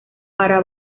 para